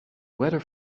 weather